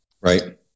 right